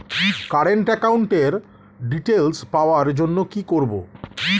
Current একাউন্টের details পাওয়ার জন্য কি করব?